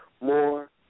more